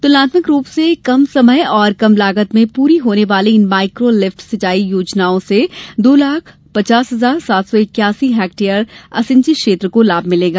तुलनात्मक रूप से कम समय और कम लागत में पूरी होने वाली इन माइक्रो लिफ्ट सिंचाई योजनाओं से दो लाख पचास हजार सात सौ इक्यासी हेक्टेयर असिंचित क्षेत्र को लाभ होगा